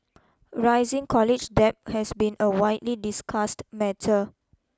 rising college debt has been a widely discussed matter